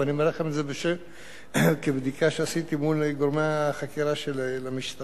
ואני אומר לכם את זה כבדיקה שעשיתי מול גורמי החקירה של המשטרה.